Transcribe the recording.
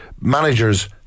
managers